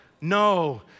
No